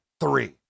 three